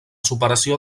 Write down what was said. superació